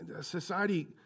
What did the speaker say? society